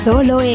Solo